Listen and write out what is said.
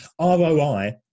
ROI